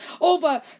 over